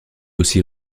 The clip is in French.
aussi